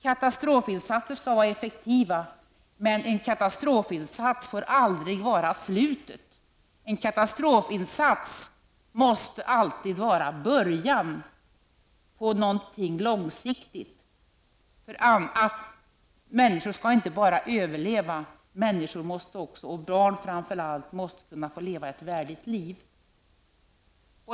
Katastrofinsatser skall vara effektiva. Men en katastrofinsats får aldrig innebära slutet. En katastrofinsats måste alltid innebära en början på något långsiktigt. Människor skall inte bara överleva. Människor och framför allt barn måste få leva ett värdigt liv.